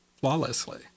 flawlessly